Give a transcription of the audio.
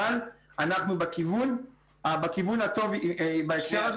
אבל אנחנו בכיוון הטוב בהקשר הזה.